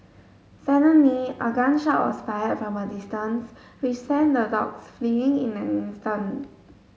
suddenly a gun shot was fired from a distance which sent the dogs fleeing in an instant